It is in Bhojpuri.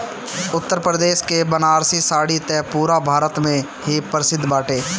उत्तरप्रदेश के बनारसी साड़ी त पुरा भारत में ही प्रसिद्ध बाटे